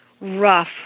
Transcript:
rough